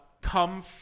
come